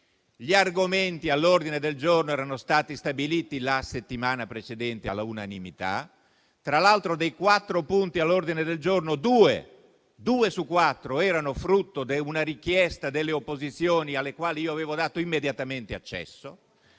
gli argomenti all'ordine del giorno erano stati stabiliti all'unanimità la settimana precedente. Tra l'altro, dei quattro punti all'ordine del giorno, due erano frutto di una richiesta delle opposizioni, alle quali avevo dato immediatamente accesso.